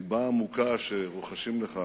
חיבה עמוקה שרוחשים לך